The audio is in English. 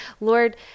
Lord